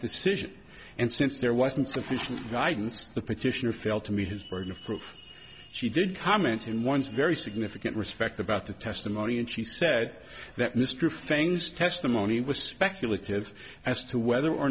situation and since there wasn't sufficient guidance the petitioner failed to meet his burden of proof she did comment in one's very significant respect about the testimony and she said that mr fein's testimony was speculative as to whether or